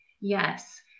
yes